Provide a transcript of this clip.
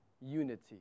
unity